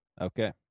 Okay